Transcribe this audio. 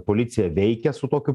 policija veikia su tokiu